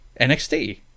NXT